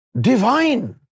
Divine